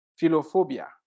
philophobia